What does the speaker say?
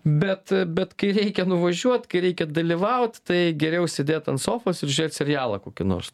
bet bet kai reikia nuvažiuot kai reikia dalyvaut tai geriau sėdėt ant sofos ir žiūrėt serialą kokį nors